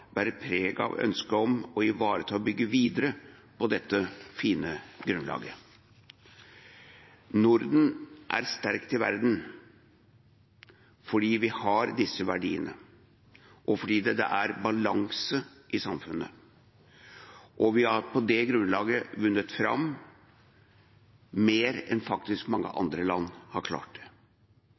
bærer preg av ønsket om å ivareta og bygge videre på dette fine grunnlaget. Norden er sterk i verden fordi vi har disse verdiene, og fordi det er balanse i samfunnet. Vi har på det grunnlaget vunnet fram mer enn mange andre land har klart. Det